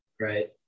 right